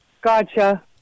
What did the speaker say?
Gotcha